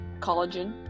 collagen